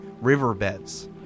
riverbeds